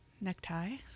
necktie